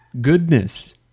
goodness